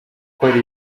akora